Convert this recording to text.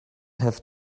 have